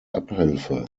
abhilfe